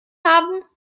haben